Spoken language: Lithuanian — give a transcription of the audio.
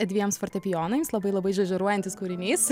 dviems fortepijonais labai labai žaižaruojantis kūrinys